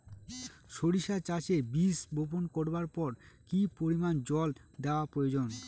সরিষা চাষে বীজ বপন করবার পর কি পরিমাণ জল দেওয়া প্রয়োজন?